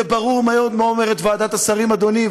זה ברור מאוד מה אומרת ועדת השרים, אדוני.